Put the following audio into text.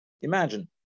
imagine